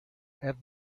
have